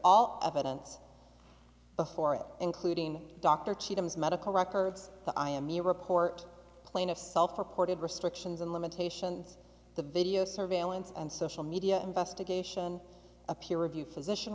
all evidence before it including dr chee thems medical records the i m u report plaintiff self reported restrictions and limitations the video surveillance and social media investigation a peer review physician